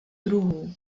druhů